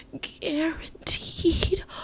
guaranteed